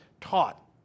taught